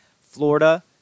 Florida